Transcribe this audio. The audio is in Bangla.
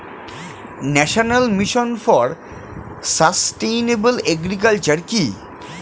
National mission for sustainable agriculture কি?